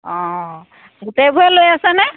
অঁ গোটেইবোৰে লৈ আছেনে